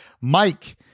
Mike